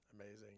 amazing